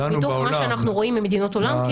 מתוך מה שאנחנו רואים ממדינות עולם,